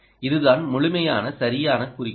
இதுதான் முழுமையான சரியான குறிக்கோள்